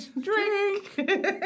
Drink